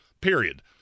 period